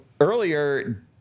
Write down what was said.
earlier